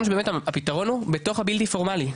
שבאמת הפתרון הוא בתוך הבלתי פורמלי,